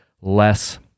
less